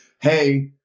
hey